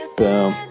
boom